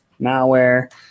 malware